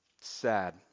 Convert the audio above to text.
sad